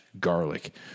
garlic